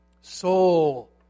Soul